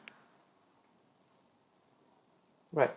right